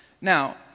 Now